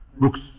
books